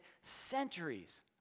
centuries